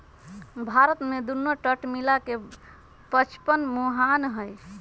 भारत में दुन्नो तट मिला के पचपन मुहान हई